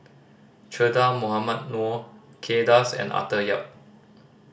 Che Dah Mohamed Noor Kay Das and Arthur Yap